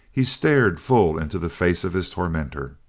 he stared full into the face of his tormentor.